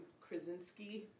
Krasinski